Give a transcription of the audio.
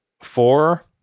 four